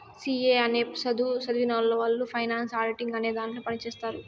C A అనే సధువు సదివినవొళ్ళు ఫైనాన్స్ ఆడిటింగ్ అనే దాంట్లో పని చేత్తారు